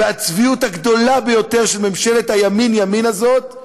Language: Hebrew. והצביעות הגדולה ביותר של ממשלת הימין-ימין הזאת,